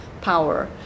power